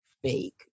fake